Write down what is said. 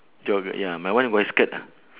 jogger ya my one wear skirt ah